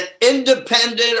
independent